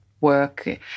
work